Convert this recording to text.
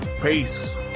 Peace